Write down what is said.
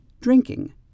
drinking